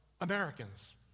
Americans